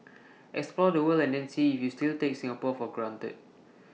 explore the world and then see if you still take Singapore for granted